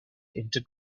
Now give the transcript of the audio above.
into